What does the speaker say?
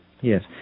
Yes